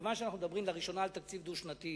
מכיוון שאנחנו מדברים לראשונה על תקציב דו-שנתי,